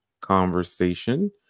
conversation